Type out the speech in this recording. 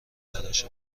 تراش